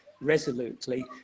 resolutely